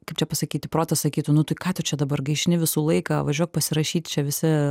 kaip čia pasakyti protas sakytų nu tai ką tu čia dabar gaišini visų laiką važiuok pasirašyt čia visi